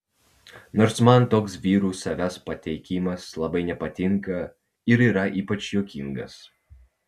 nors man toks vyrų savęs pateikimas labai nepatinka ir yra ypač juokingas